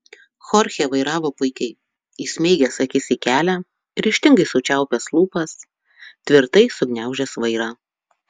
chorchė vairavo puikiai įsmeigęs akis į kelią ryžtingai sučiaupęs lūpas tvirtai sugniaužęs vairą